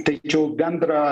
tačiau bendrą